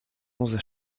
onze